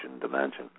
dimension